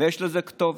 ויש לזה כתובת: